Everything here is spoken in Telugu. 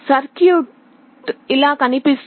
సర్క్యూట్ ఇలా కనిపిస్తుంది